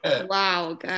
Wow